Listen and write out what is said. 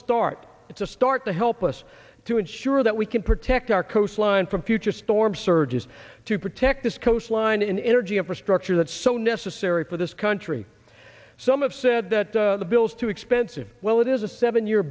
start it's a start to help us to ensure that we can protect our coastline from future storm surges to protect this coastline an energy infrastructure that so necessary for this country some of said that the bills too expensive well it is a seven year